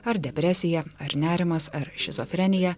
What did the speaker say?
ar depresija ar nerimas ar šizofrenija